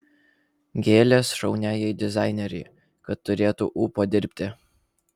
gėlės šauniajai dizainerei kad turėtų ūpo dirbti